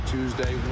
Tuesday